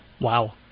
Wow